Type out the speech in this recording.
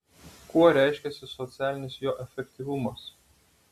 kuo reiškiasi socialinis jo efektyvumas